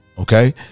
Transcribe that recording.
Okay